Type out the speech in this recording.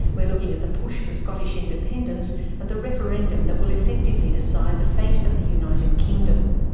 we're looking at the push for scottish independence and the referendum that will effectively decide the fate of the united kingdom.